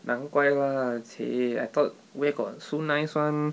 难怪 lah !chey! I thought where got so nice [one]